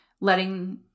letting